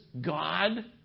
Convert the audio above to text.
God